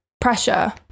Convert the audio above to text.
pressure